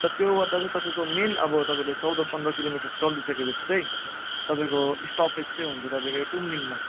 तर त्यो गर्दा चाहिँ तपाईँको मेन अब तपाईँले चौध पन्ध्र किलोमिटर चलिसकेपछि चाहिँ तपाईँको स्टपेज चाहिँ हुन्छ तपाईँको तुमलिङमा